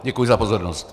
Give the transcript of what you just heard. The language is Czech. Děkuji za pozornost.